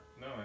no